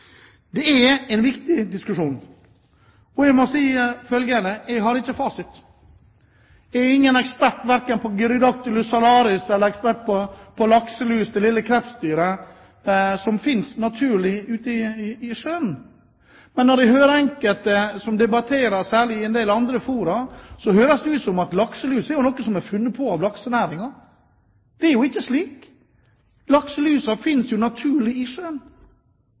er en viktig diskusjon, og jeg må si følgende: Jeg har ikke fasit, jeg er ingen ekspert verken på Gyrodactylus salaris eller på lakselus, det lille krepsdyret som finnes naturlig i sjøen. Men på enkelte som debatterer, særlig i en del andre fora, høres det ut som om lakselus er noe som laksenæringen har funnet på. Slik er det er jo ikke. Lakselusa finnes naturlig i sjøen.